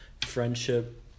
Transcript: Friendship